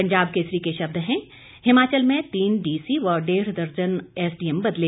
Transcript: पंजाब केसरी के शब्द हैं हिमाचल में तीन डीसी व डेढ़ दर्जन एसडीएम बदले